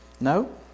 No